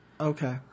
Okay